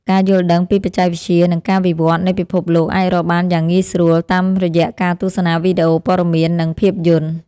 ការយល់ដឹងពីបច្ចេកវិទ្យានិងការវិវត្តនៃពិភពលោកអាចរកបានយ៉ាងងាយស្រួលតាមរយៈការទស្សនាវីដេអូព័ត៌មាននិងភាពយន្ត។